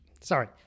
sorry